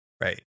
right